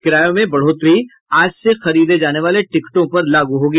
किरायों में बढ़ोत्तरी आज से खरीदे जाने वाले टिकटों पर लागू होगी